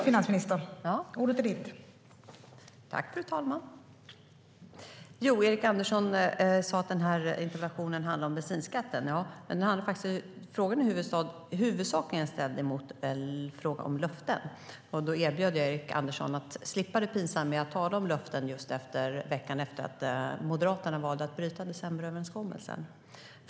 Fru talman! Erik Andersson sa att interpellationen handlar om bensinskatten, men den handlar huvudsakligen om löften. Därför erbjöd jag Erik Andersson att slippa det pinsamma i att tala om löften veckan efter att Moderaterna valde att bryta decemberöverenskommelsen.